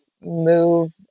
move